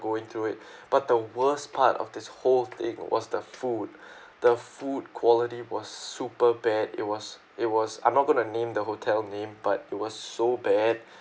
go into it but the worst part of this whole thing was the food the food quality was super bad it was it was I'm not going to name the hotel name but it was so bad